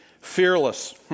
fearless